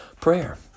prayer